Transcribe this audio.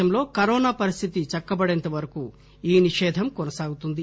దేశంలో కరోనా పరిస్లితి చక్కబడేంత వరకు ఈ నిషేధం కొనసాగుతుంది